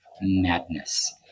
madness